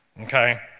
okay